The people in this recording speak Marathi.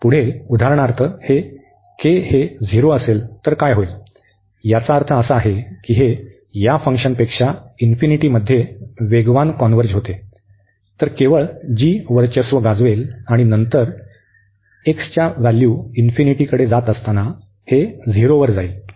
पुढे उदाहरणार्थ हे हे झिरो असेल तर काय होईल याचा अर्थ असा आहे की हे या फंक्शनपेक्षा इन्फिनिटीमध्ये वेगवान कॉन्व्हर्ज होते तर केवळ g वर्चस्व गाजवेल आणि नंतर x →∞ हे झिरो वर जाईल